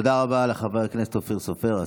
תודה רבה לחבר הכנסת השר אופיר סופר.